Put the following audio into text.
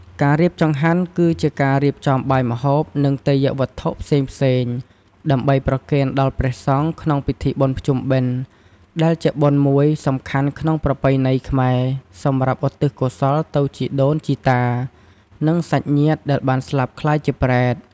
ការរៀបចង្ហាន់ គឺជាការរៀបចំបាយម្ហូប និងទេយ្យវត្ថុផ្សេងៗ ដើម្បីប្រគេនដល់ព្រះសង្ឃ ក្នុងពិធីបុណ្យភ្ជុំបិណ្ឌ ដែលជាបុណ្យមួយសំខាន់ក្នុងប្រពៃណីខ្មែរ សម្រាប់ឧទិសកោសលទៅជីដូន ជីតា និងសាច់ញាតិដែលបានស្លាប់ក្លាយជាប្រេត។